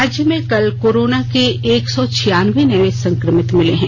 राज्य में कल कोरोना के एक सौ छियानवें नए संकभित मिले हैं